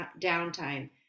downtime